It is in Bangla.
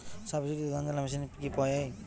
সাবসিডিতে ধানঝাড়া মেশিন কি পাওয়া য়ায়?